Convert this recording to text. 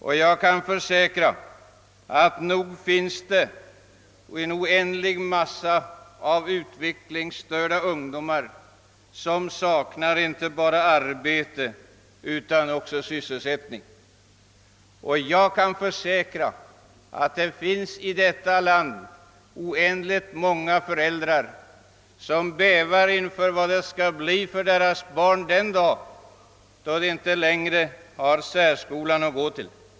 Och jag kan försäkra att det finns en mängd utvecklingsstörda människor som saknar inte bara arbete utan också sysselsättning, liksom det finns många föräldrar till utvecklingsstörda barn som bävar för hur det skall bli för deras barn den dag då de inte längre har särskolan att gå till.